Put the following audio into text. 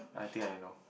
I think I know